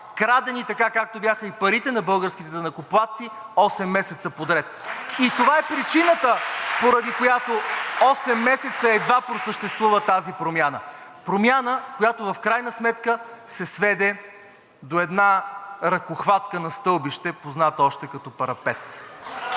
крадени, така както бяха и парите на българските данъкоплатци осем месеца подред (ръкопляскания от ГЕРБ-СДС), и това е причината, поради която осем месеца едва просъществува тази Промяна. Промяна, която в крайна сметка се сведе до една ръкохватка на стълбище, позната още като парапет.